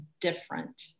different